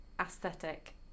aesthetic